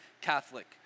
Catholic